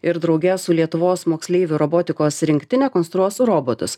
ir drauge su lietuvos moksleivių robotikos rinktine konstruos robotus